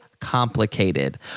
complicated